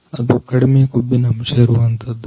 ಅದು ಕಡಿಮೆ ಕೊಬ್ಬಿನ ಅಂಶ ಇರುವಂತದ್ದು